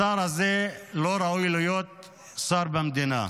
השר הזה לא ראוי להיות שר במדינה.